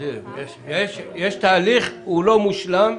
יש תהליך, הוא לא מושלם.